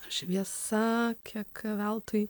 šviesa kiek veltui